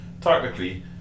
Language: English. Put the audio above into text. Technically